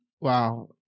Wow